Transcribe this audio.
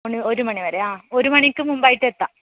ഒരു മണിവരെ ആ ഒരു മണിക്ക് മുമ്പായിട്ട് എത്താം